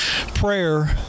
Prayer